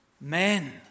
men